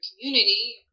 community